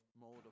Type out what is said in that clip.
mode